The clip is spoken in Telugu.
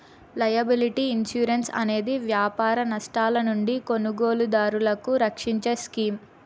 లైయబిలిటీ ఇన్సురెన్స్ అనేది వ్యాపార నష్టాల నుండి కొనుగోలుదారులను రక్షించే స్కీమ్